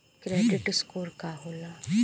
Credit score का होला?